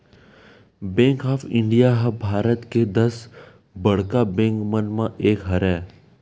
bank of India ह भारत के दस बड़का बेंक मन म एक हरय